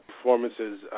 performances